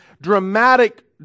dramatic